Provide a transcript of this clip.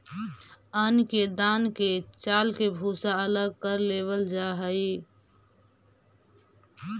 अन्न के दान के चालके भूसा अलग कर लेवल जा हइ